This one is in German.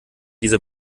diese